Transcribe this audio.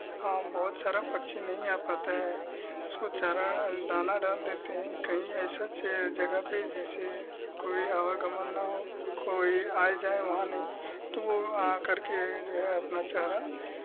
बहुत सारा पक्षी नहीं आ पाता है उसको चारा डाना डाल देते हैं कहीं ऐसा च जगह पे जैसे कोई आवागमन ना हो कोई आए जाए वहाँ नहीं तो वो आ करके जो है अपना चारा